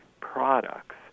products